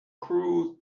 cruised